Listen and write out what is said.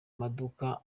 maduka